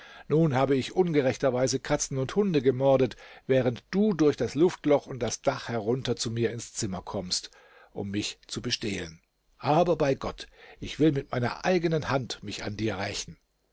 nun habe ich ungerechterweise katzen und hunde gemordet während du durch das luftloch und das dach herunter zu mir ins zimmer kommst um mich zu bestehlen aber bei gott ich will mit meiner eigenen hand mich an dir rächen